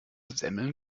semmeln